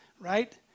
right